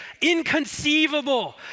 Inconceivable